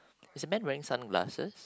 is a man wearing sunglasses